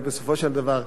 בסופו של דבר,